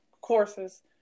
courses